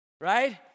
Right